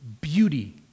beauty